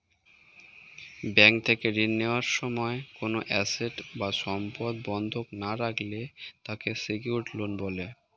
bank থেকে ঋণ নেওয়ার সময় কোনো অ্যাসেট বা সম্পদ বন্ধক না রাখলে তাকে সিকিউরড লোন বলে